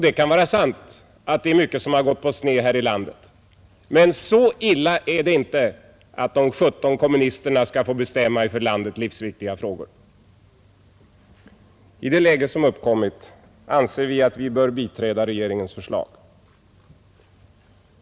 Det kan vara sant att mycket har gått på sned, men så illa är det inte att de 17 kommunisterna skall få bestämma i för landet livsviktiga frågor. I det läge som uppkommit anser vi att vi bör biträda regeringens förslag.